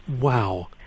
wow